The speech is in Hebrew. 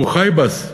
הוא חיב"ס.